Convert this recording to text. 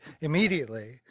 immediately